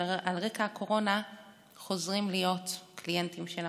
על רקע הקורונה חוזרים להיות קליינטים של המחלקות.